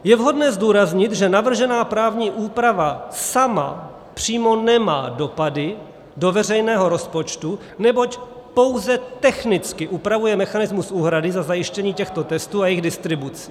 Je vhodné zdůraznit, že navržená právní úprava sama přímo nemá dopady do veřejného rozpočtu, neboť pouze technicky upravuje mechanismus úhrady za zajištění těchto testů a jejich distribuci.